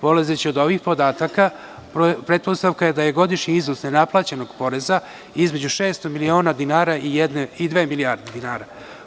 Polazeći od ovih podataka, pretpostavka je da je godišnji izvoz nenaplaćenog poreza između 600 miliona dinara i dve milijarde dinara.